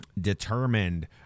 determined